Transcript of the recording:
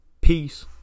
Peace